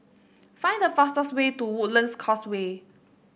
find the fastest way to Woodlands Causeway